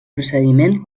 procediment